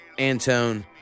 Antone